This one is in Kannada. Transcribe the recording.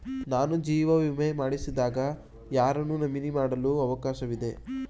ನಾನು ಜೀವ ವಿಮೆ ಮಾಡಿಸಿದಾಗ ಯಾರನ್ನು ನಾಮಿನಿ ಮಾಡಲು ಅವಕಾಶವಿದೆ?